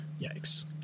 Yikes